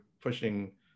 pushing